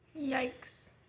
Yikes